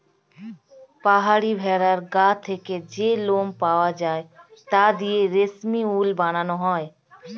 পাহাড়ি ভেড়ার গা থেকে যে লোম পাওয়া যায় তা দিয়ে রেশমি উল বানানো হয়